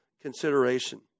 consideration